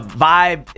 vibe